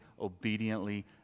obediently